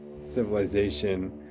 civilization